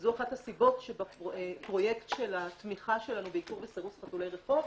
זו אחת הסיבות שבפרויקט של התמיכה שלנו בעיקור וסירוס חתולי רחוב,